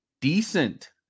decent